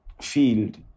field